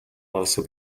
also